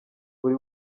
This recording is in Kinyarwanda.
buri